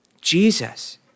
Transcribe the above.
Jesus